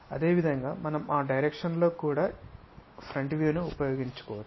అదేవిధంగా మనం ఆ డైరెక్షన్ లో కూడా ఫ్రంట్ వ్యూను ఉపయోగించుకోవచ్చు